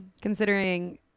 considering